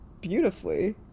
beautifully